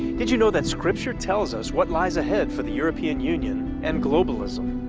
did you know that scripture tells us what lies ahead for the european union and globalism?